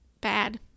bad